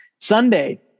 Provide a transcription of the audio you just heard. Sunday